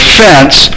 fence